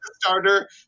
starter